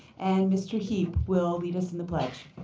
and mr. heep will lead us in the pledge.